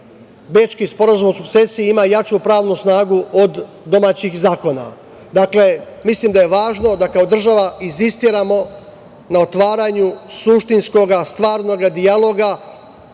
Bečki sporazum o sukcesiji ima jaču pravnu snagu od domaćih zakona. Mislim da je važno da kao država insistiramo na otvaranju suštinskoga, stvarnoga dijaloga,